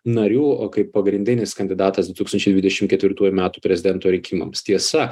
narių o kaip pagrindinis kandidatas du tūkstančiai dvidešim ketvirtųjų metų prezidento rinkimams tiesa